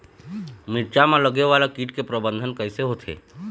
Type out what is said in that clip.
मिरचा मा लगे वाला कीट के प्रबंधन कइसे होथे?